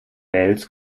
wales